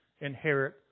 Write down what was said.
inherit